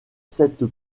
sept